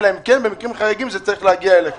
אלא אם כן במקרים חריגים זה צריך להגיע אליכם,